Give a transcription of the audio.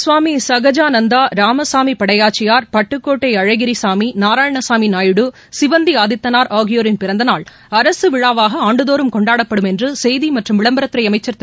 சுவாமி சகஜானந்தா ராமசாமி படையாச்சியார் பட்டுக்கோட்டை அழகிரி சாமி நாராயணசாமி நாயுடு சிவந்தி ஆதித்தனாா் ஆகியோாின் பிறந்த நாள் அரசு விழாவாக ஆண்டுதோறும் கொண்டாடப்படும் என்று செய்தி மற்றும் விளம்பரத்துறை அமைச்சா் திரு